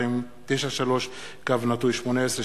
פ/3293/18,